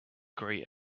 grey